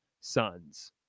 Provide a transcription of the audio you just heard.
sons